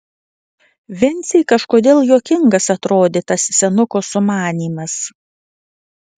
vincei kažkodėl juokingas atrodė tas senuko sumanymas